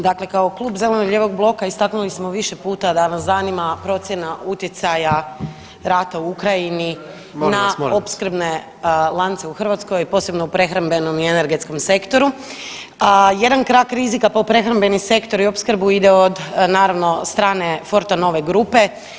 Dakle kao Klub zeleno-lijevog bloka istaknuli smo više puta da nas zanima procjena utjecaja rata u Ukrajini ... [[Upadica se ne čuje.]] [[Upadica: Molim vas, molim vas.]] na opskrbne lance u Hrvatskoj, posebno u prehrambenom i energetskom sektoru, a jedan krak rizika po prehrambeni sektor i opskrbu ide od naravno, strane Fortenove grupe.